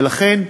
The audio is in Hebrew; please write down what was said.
ולכן,